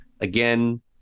Again